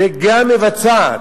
וגם מבצעת.